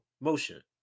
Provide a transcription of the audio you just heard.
motion